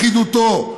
לכידותו,